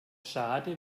schade